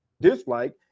dislike